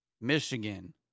Michigan